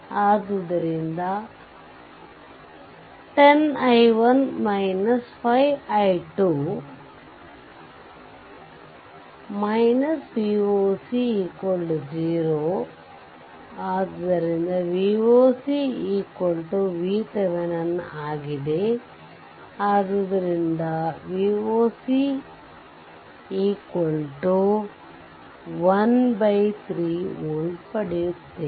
ಆದ್ದರಿಂದ 10 i1 5 i2 Voc 0 Voc VTheveninಆಗಿದೆ ಆದ್ದರಿಂದ ಇದರೊಂದಿಗೆ Voc 13 volt ಪಡೆಯುತ್ತೇವೆ